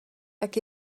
tak